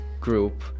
group